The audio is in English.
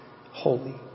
holy